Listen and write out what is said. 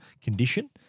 condition